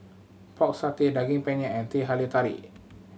Pork Satay Daging Penyet and Teh Halia Tarik